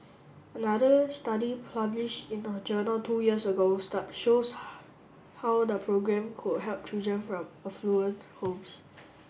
another study publish in a journal two years ago star shows how the programme could help children from affluent homes